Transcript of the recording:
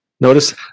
Notice